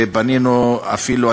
ופנינו אפילו,